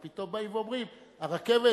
ופתאום באים ואומרים: הרכבת,